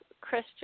Christian